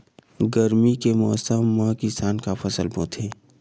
गरमी के मौसम मा किसान का फसल बोथे?